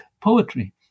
poetry